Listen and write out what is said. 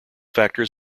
factors